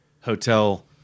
hotel